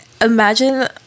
imagine